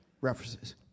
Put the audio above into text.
references